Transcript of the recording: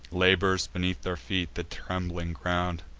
labors beneath their feet the trembling ground.